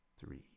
three